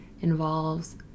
involves